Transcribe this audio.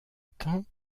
temps